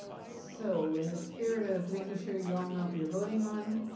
so in the spirit of making sure you all know what you're voting on,